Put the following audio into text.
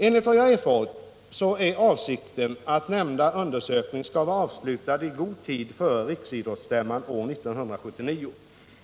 Enligt vad jag erfarit är avsikten att nämnda undersökning skall vara avslutad i god tid före riksidrottsmötet år 1979.